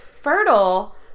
fertile